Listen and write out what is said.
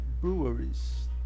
breweries